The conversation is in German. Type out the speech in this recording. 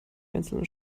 einzelnen